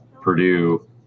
Purdue